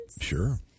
Sure